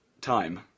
time